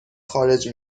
خارج